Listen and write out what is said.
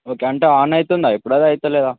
ఒక గంట ఆన్ అవుతుందా ఇప్పుడు అది అయితలేదా